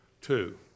Two